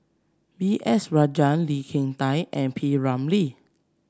B S Rajhans Lee Kin Tat and P Ramlee